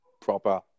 proper